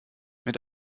mit